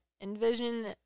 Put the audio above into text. Envision